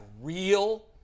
real